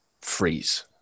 freeze